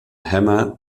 hammer